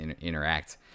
interact